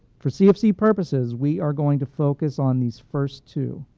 for cfc purposes, we are going to focus on these first two.